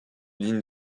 ligne